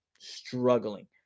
struggling